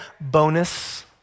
bonus